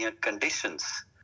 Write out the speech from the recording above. conditions